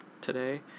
today